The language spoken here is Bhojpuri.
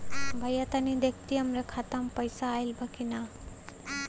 भईया तनि देखती हमरे खाता मे पैसा आईल बा की ना?